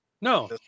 No